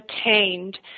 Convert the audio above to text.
attained